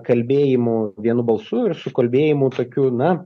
kalbėjimu vienu balsu ir su kalbėjimu tokiu na